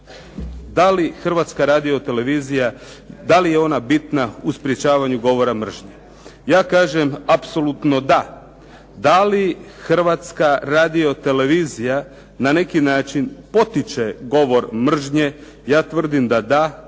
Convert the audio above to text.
da li Hrvatska radio-televizija, da li je ona bitna u sprječavanju govora mržnje. Ja kažem apsolutno da. Da li Hrvatska radio-televizija na neki način potiče govor mržnje, ja tvrdim da da.